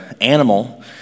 animal